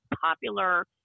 popular